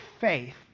faith